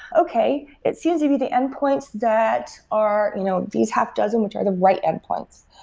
okay. it seems maybe the endpoints that are you know these half dozen which are the right endpoints.